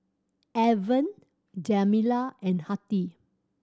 Alvan Jamila and Hattie